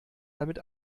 damit